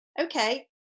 Okay